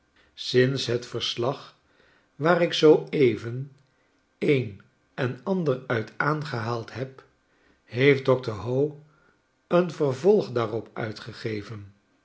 sinds het verslag waar ik zoo even een en ander uit aangehaald heb heeft dr howe een vervolg daarop uitgegeven